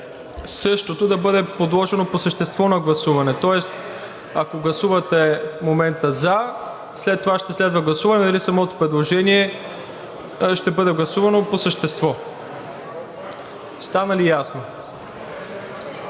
същото да бъде подложено по същество на гласуване. Тоест, ако гласувате в момента „за“, след това ще следва гласуване дали самото предложение ще бъде гласувано по същество. Стана ли ясно?